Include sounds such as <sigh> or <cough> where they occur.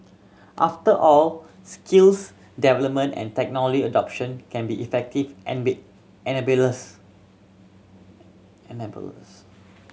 after all skills development and technology adoption can be effective <unintelligible> enablers